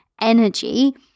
energy